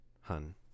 hun